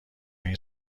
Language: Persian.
این